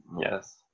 yes